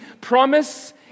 promise